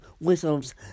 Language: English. whistles